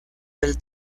del